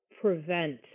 prevent